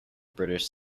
british